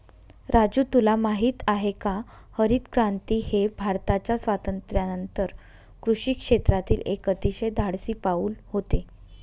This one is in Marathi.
राजू तुला माहित आहे का हरितक्रांती हे भारताच्या स्वातंत्र्यानंतर कृषी क्षेत्रातील एक अतिशय धाडसी पाऊल होते